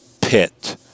pit